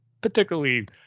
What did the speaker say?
particularly